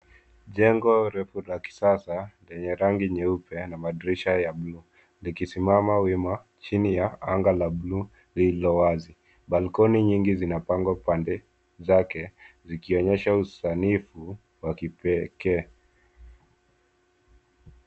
Jengo refu la kisasa, lenye rangi nyeupe na madirisha ya buluu, likisimama wima, chini ya anga la buluu lilowazi. Balcony nyingi zinapangwa pande zake, zikionyesha usanifu wa kipekee.